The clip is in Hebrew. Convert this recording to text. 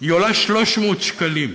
היא עולה 300 שקלים,